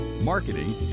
marketing